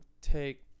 take